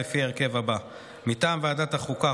לפי ההרכב הזה: מטעם ועדת החוקה,